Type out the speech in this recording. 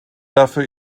dafür